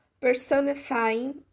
Personifying